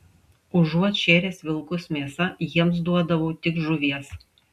užuot šėręs vilkus mėsa jiems duodavau tik žuvies